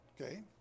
Okay